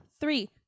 three